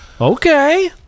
Okay